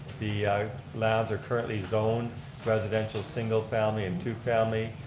the lands are currently zoned residential single family and two family,